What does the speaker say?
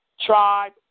tribe